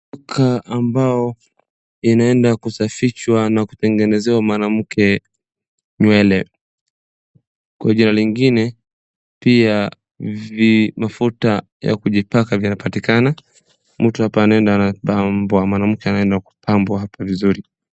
Duka ambao inaenda kusafishwa na kutengenezewa mwanamke nywele. Kwa jina lingine, pia mafuta ya kujipaka vinapatikana. Mtu hapa anaenda anapambwa. Mwanamke anaenda kupambwa hapa vizuri.